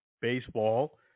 baseball